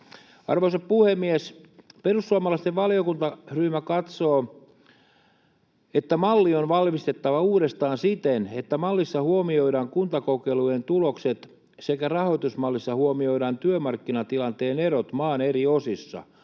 Arvoisa puhemies! Perussuomalaisten valiokuntaryhmä katsoo, että malli on valmisteltava uudestaan siten, että mallissa huomioidaan kuntakokeilujen tulokset sekä rahoitusmallissa huomioidaan työmarkkinatilanteen erot maan eri osissa,